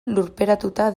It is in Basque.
lurperatuta